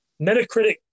Metacritic